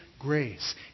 Grace